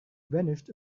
vanished